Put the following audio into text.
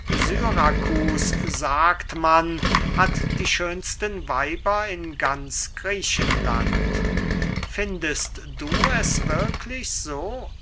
syrakus sagt man hat die schönsten weiber in ganz griechenland findest du es wirklich so